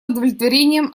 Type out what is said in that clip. удовлетворением